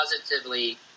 positively